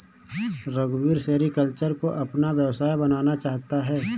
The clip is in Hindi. रघुवीर सेरीकल्चर को अपना व्यवसाय बनाना चाहता है